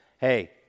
Hey